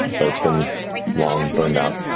but it's been long burned out.